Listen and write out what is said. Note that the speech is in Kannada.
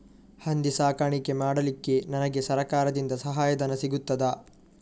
ಹಂದಿ ಸಾಕಾಣಿಕೆ ಮಾಡಲಿಕ್ಕೆ ನನಗೆ ಸರಕಾರದಿಂದ ಸಹಾಯಧನ ಸಿಗುತ್ತದಾ?